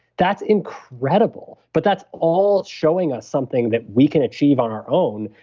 that's incredible, but that's all showing us something that we can achieve on our own,